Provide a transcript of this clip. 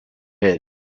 head